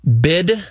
bid